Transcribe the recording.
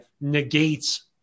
negates